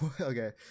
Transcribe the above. Okay